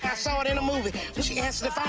yeah saw it in a movie. if she answers the phone,